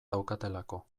daukatelako